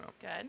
Good